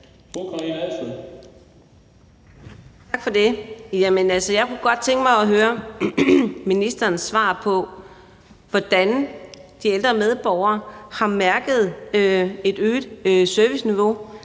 Tak for det. Jeg kunne godt tænke mig at høre ministerens svar på, hvordan de ældre medborgere har mærket et øget serviceniveau,